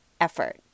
effort